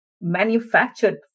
manufactured